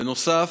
בנוסף,